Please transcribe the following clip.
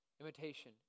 Imitation